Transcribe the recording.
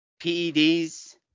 PEDs